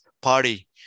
party